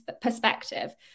perspective